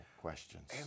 questions